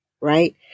right